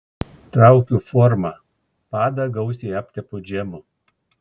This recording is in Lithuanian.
traukiu formą padą gausiai aptepu džemu